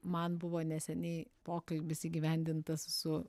man buvo neseniai pokalbis įgyvendintas su